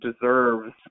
deserves